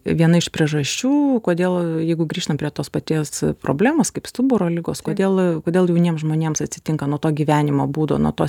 viena iš priežasčių kodėl jeigu grįžtam prie tos paties problemos kaip stuburo ligos kodėl kodėl jauniems žmonėms atsitinka nuo to gyvenimo būdo nuo to